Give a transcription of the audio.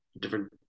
different